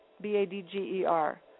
B-A-D-G-E-R